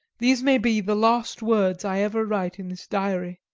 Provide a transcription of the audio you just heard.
these may be the last words i ever write in this diary.